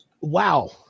Wow